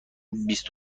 بیست